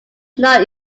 not